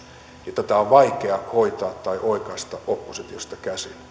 ja tätä on vaikea hoitaa tai oikaista oppositiosta käsin